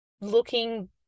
looking